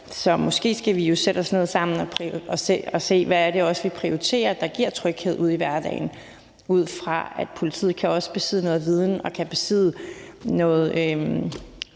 Så måske skal vi sætte os ned sammen og os se på, hvad det er, vi prioriterer, som giver tryghed ude i hverdagen – ud fra at politiet også kan besidde noget viden og have nogle